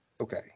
Okay